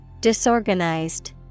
Disorganized